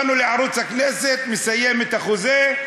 באנו לערוץ הכנסת, שמסיים את החוזה,